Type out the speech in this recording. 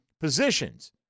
positions